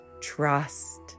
Trust